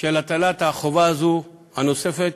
של הטלת החובה הזאת, הנוספת,